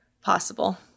possible